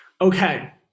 Okay